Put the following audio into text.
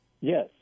Yes